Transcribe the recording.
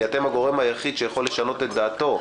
כי אתם הגורם היחיד שיכול לשנות את דעתו.